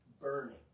burning